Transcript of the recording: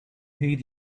heat